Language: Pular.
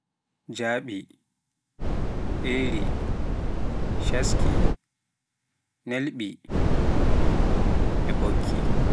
jaaɓi, eri, shaski, nelɓi, ɓokki.